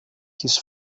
his